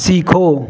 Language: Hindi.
सीखो